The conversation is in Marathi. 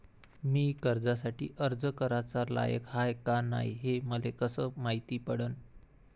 मी कर्जासाठी अर्ज कराचा लायक हाय का नाय हे मले कसं मायती पडन?